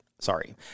Sorry